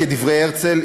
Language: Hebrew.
כדברי הרצל,